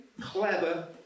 clever